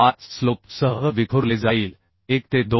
5 slope सह विखुरले जाईल 1 ते 2